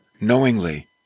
knowingly